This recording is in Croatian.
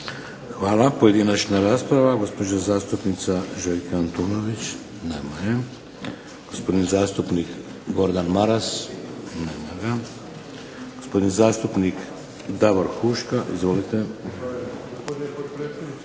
Hvala. Pojedinačna rasprava. Gospođa zastupnica Željka Antunović. Nema je. Gospodin zastupnik Gordan Maras. Nema ga. Gospodin zastupnik Davor Huška. Izvolite. **Huška, Davor